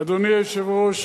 אדוני היושב-ראש,